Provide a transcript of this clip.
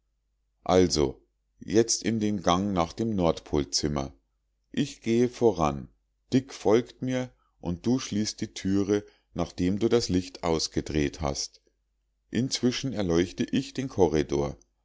also jetzt in den gang nach dem nordpolzimmer ich gehe voran dick folgt mir und du schließt die türe nachdem du das licht ausgedreht hast inzwischen erleuchte ich den korridor